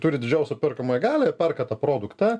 turi didžiausią perkamąją galią ir perka tą produktą